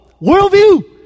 worldview